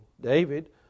david